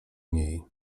niej